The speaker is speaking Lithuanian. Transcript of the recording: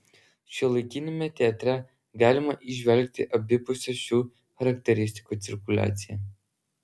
šiuolaikiniame teatre galima įžvelgti abipusę šių charakteristikų cirkuliaciją